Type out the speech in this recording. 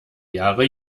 jahre